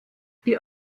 die